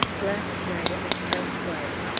last night it was quite quiet.